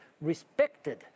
respected